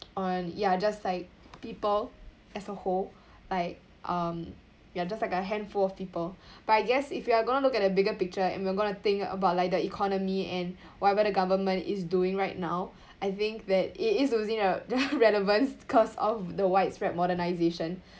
on ya just like people as a whole like um ya just like a handful of people but I guess if you are going to look at the bigger picture and we are going to think about like the economy and whatever the government is doing right now I think that it is losing the relevance cause of the widespread modernisation